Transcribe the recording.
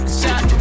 shot